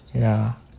ya